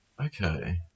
Okay